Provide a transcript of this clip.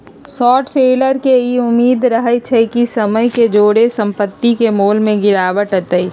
short seller के इ उम्मेद रहइ छइ कि समय के जौरे संपत्ति के मोल में गिरावट अतइ